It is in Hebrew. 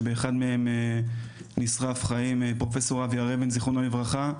שבאחד מהם נשרף חיים פרופסור אבי הר אבן זכרונו לברכה,